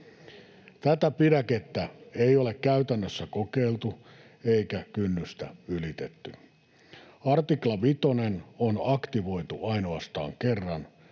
Tätä pidäkettä ei ole käytännössä kokeiltu eikä kynnystä ylitetty. 5 artikla on aktivoitu ainoastaan kerran,